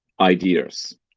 ideas